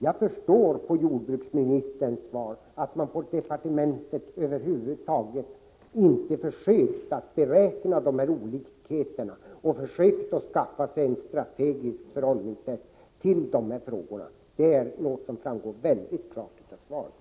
Jag förstår av jordbruksministerns svar att man på departementet över huvud taget inte försökt att beräkna dessa olikheter och skaffa sig en strategi för behandlingen av dessa frågor. Detta framgår väldigt klart av svaret.